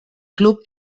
club